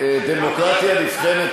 דמוקרטיה נבחנת,